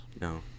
No